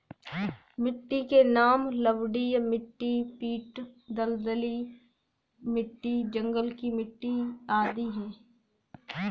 मिट्टी के नाम लवणीय मिट्टी, पीट दलदली मिट्टी, जंगल की मिट्टी आदि है